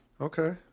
Okay